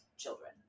children